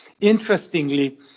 Interestingly